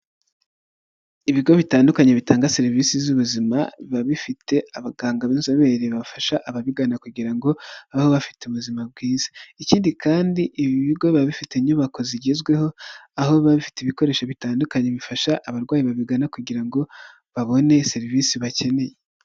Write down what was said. Ibigo bitandukanye bitanga serivisi z'ubuzima, biba bifite abaganga b'inzobere bafasha ababigana kugira ngo bababe bafite ubuzima bwiza. Ikindi kandi ibi bigo biba bifite inyubako zigezweho, aho biba bifite ibikoresho bitandukanye bifasha abarwayi babigana kugira ngo babone serivisi bakeneye.